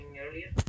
earlier